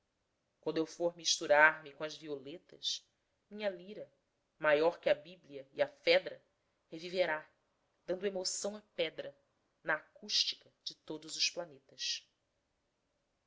quando eu for misturar me com as violetas minha lira maior que a bíblia e a fedra reviverá dando emoção à pedra na acústica de todos os planetas